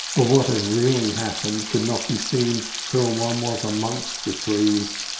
but what had really happened could not be seen till one was amongst the trees.